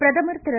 பிரதமர் திரு